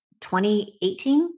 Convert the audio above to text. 2018